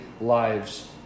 lives